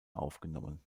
aufgenommen